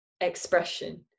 expression